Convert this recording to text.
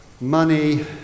money